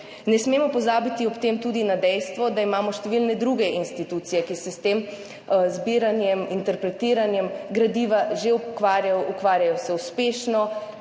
Ne smemo pozabiti ob tem tudi na dejstvo, da imamo številne druge institucije, ki se s tem zbiranjem, interpretiranjem gradiva že ukvarjajo. Ukvarjajo